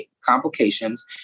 complications